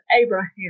Abraham